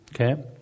okay